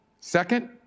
Second